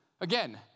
again